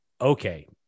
okay